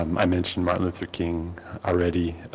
um i mentioned martin luther king already,